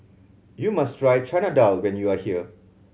you must try Chana Dal when you are here